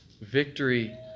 victory